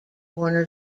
warner